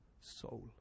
soul